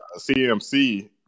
CMC